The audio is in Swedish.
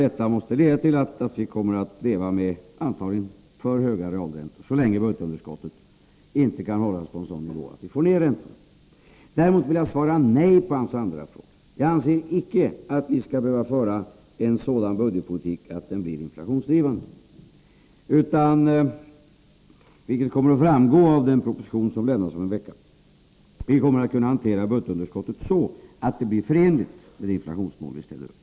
Detta måste leda till att vi antagligen kommer att leva med för höga realräntor, så länge budgetunderskottet inte hålls på en sådan nivå att vi får ner räntorna. Däremot vill jag svara nej på hans andra fråga. Jag anser icke att vi skall behöva föra en sådan budgetpolitik att den blir inflationsdrivande, utan — vilket kommer att framgå av den proposition som lämnas om en vecka — att vi kommer att kunna hantera budgetunderskottet så att det blir förenligt med det inflationsmål som vi ställer upp.